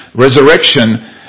resurrection